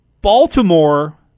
Baltimore